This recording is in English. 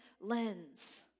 lens